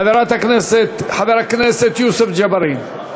חבר הכנסת יוסף ג'בארין.